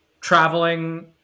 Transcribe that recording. traveling